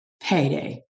payday